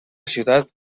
ciutat